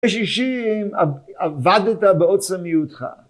אני סובל מפוסט טראומה ומבקש לדעת אם מתנהל בארץ מחקר לטיפול באמצעות משנה תודעה ולהצטרף למחקר